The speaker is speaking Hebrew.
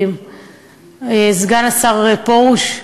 סגן השר פרוש,